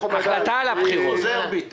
אני חוזר בי.